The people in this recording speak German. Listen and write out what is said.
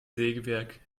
sägewerk